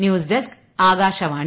news desk Akashvani